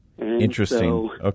Interesting